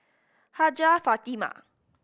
Hajjah Fatimah